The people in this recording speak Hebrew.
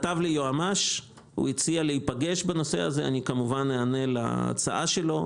היועמ"ש הציע לי להיפגש בנושא הזה ואני נענה להצעה שלו.